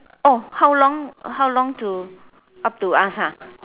oh how long how long to up to us ah